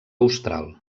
austral